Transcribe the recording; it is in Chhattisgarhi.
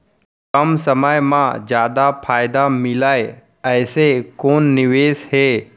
कम समय मा जादा फायदा मिलए ऐसे कोन निवेश हे?